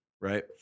right